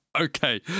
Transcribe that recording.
Okay